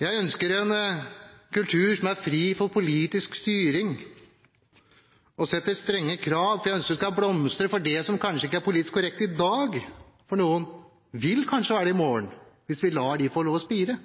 Jeg ønsker en kultur som er fri for politisk styring og for det å sette strenge krav – for jeg ønsker at det skal blomstre. Det som for noen kanskje ikke er politisk korrekt i dag, vil kanskje være det i morgen – hvis vi lar det få spire.